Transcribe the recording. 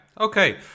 okay